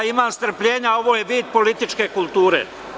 Imam strpljenja, a ovo je vid političke kulture.